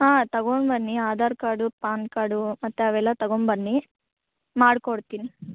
ಹಾಂ ತಗೊಂಡು ಬನ್ನಿ ಆಧಾರ್ ಕಾರ್ಡ್ ಪಾನ್ ಕಾರ್ಡು ಮತ್ತವೆಲ್ಲ ತಗೊಂಡು ಬನ್ನಿ ಮಾಡಿಕೊಡ್ತೀನಿ